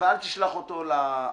אל תשלח אותו גם לאתר.